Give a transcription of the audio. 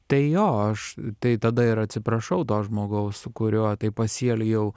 tai jo aš tai tada ir atsiprašau to žmogaus su kuriuo taip pasielgiau